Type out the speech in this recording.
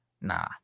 nah